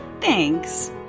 Thanks